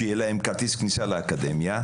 שיהיה להם כרטיס כניסה לאקדמיה,